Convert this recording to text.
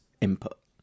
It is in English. input